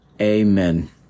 Amen